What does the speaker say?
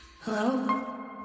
Hello